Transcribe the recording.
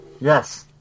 Yes